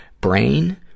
Brain